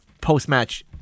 post-match